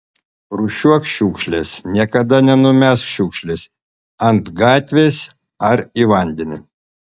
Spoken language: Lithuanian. rūšiuok šiukšles niekada nenumesk šiukšlės ant gatvės ar į vandenį